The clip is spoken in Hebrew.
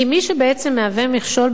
כי מי שבעצם מהווה מכשול,